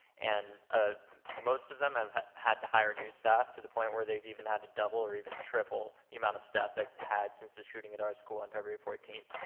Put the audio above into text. and ah most of them have had had to hire new staff to the point where they've even had to double or even triple the amount of staff they've had since the shooting at our school on february fourteenth.